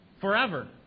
forever